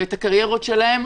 את הקריירות שלהם,